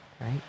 right